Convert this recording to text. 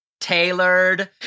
tailored